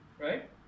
right